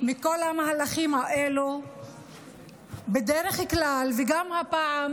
מכל המהלכים האלה בדרך כלל וגם הפעם